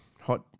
hot